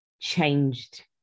changed